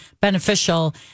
beneficial